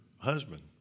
husband